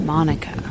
Monica